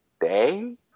day